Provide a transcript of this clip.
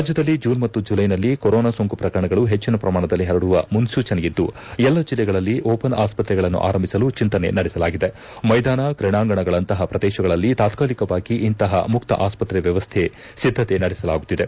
ರಾಜ್ಯದಲ್ಲಿ ಜೂನ್ ಮತ್ತು ಜುಲ್ಕೆನಲ್ಲಿ ಕೊರೊನಾ ಸೋಂಕು ಪ್ರಕರಣಗಳು ಹೆಚ್ಚಿನ ಪ್ರಮಾಣದಲ್ಲಿ ಹರಡುವ ಮುನ್ಸೂಚನೆ ಇದ್ದು ಎಲ್ಲ ಜಿಲ್ಲೆಗಳಲ್ಲಿ ಓಪನ್ ಆಸ್ವತ್ರೆಗಳನ್ನು ಆರಂಭಿಸಲು ಚೆಂತನೆ ನಡೆಸಲಾಗಿದೆ ಮೈದಾನ ಕ್ರೀಡಾಂಗಣದಂತಹ ಪ್ರದೇಶಗಳಲ್ಲಿ ತಾತ್ಕಾಲಿಕವಾಗಿ ಇಂತಹ ಮುಕ್ತ ಆಸ್ಪತ್ರೆ ವ್ಯವಸ್ಥೆಗೆ ಸಿದ್ದತೆ ನಡೆಸಲಾಗುತ್ತಿದೆ